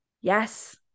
Yes